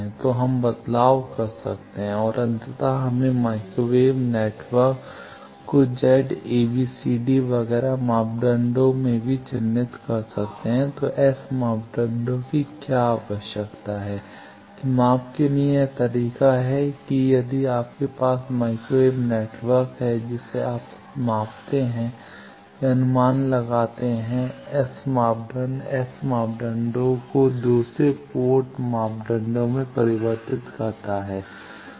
तो हम बदलाव कर सकते हैं और अंततः हम माइक्रो वेव नेटवर्क को Z a b c d वगैरह मापदंडों में भी चिह्नित कर सकते हैं तो S मापदंडों की क्या आवश्यकता है कि माप के लिए यह तरीका है कि यदि आपके पास माइक्रो वेव नेटवर्क है जिसे आप मापते हैं या अनुमान लगाते हैं S मापदंड S मापदंडों को दूसरे पोर्ट मापदंडों में परिवर्तित करता है